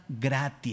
gratia